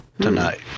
tonight